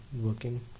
working